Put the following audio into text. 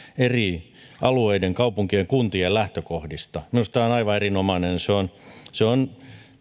eri alueiden kaupunkien ja kuntien lähtökohdista on aivan erinomainen ja se on